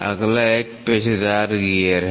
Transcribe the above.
अगला एक पेचदार गियर है